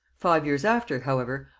five years after, however,